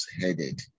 headed